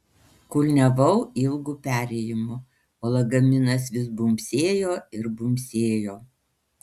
kulniavau ilgu perėjimu o lagaminas vis bumbsėjo ir bumbsėjo